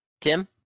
Tim